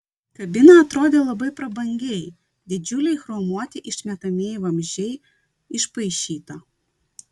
kabina atrodė labai prabangiai didžiuliai chromuoti išmetamieji vamzdžiai išpaišyta